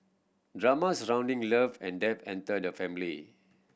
drama surrounding love and death enter the family